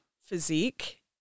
physique